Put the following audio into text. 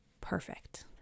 perfect